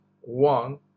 one